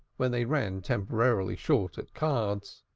when they ran temporarily short at cards.